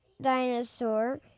dinosaur